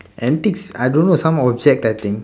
antics I don't know some object I think